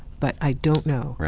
but i don't know.